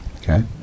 Okay